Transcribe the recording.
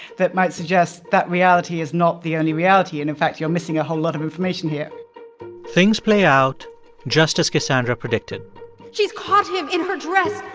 that might suggest that reality is not the only reality and, in fact, you're missing a whole lot of information here things play out just as cassandra predicted she's caught him in her dress,